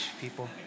people